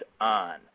on